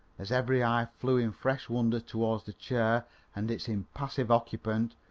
as every eye flew in fresh wonder towards the chair and its impassive occupant,